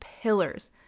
pillars